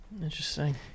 Interesting